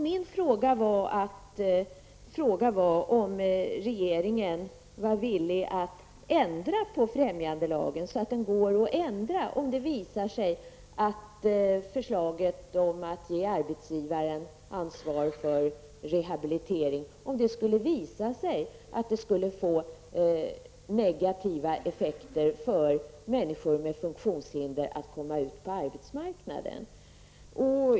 Min fråga löd: Är regeringen villig att ändra på främjandelagen, så att den går att anpassa om det visar sig att förslaget om att ge arbetsgivaren ansvar för rehabilitering skulle få negativa effekter för människor med funktionshinder och deras möjligheter att komma ut på arbetsmarknaden?